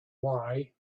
why